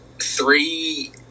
three